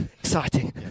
Exciting